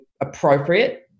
appropriate